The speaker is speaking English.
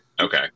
Okay